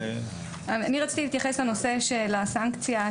אני רציתי להתייחס לנושא של הסנקציה,